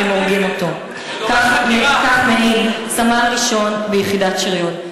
אתם הורגים אותו"; כך מעיד סמל ראשון ביחידת שריון.